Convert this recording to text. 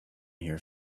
here